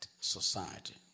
Society